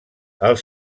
els